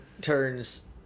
turns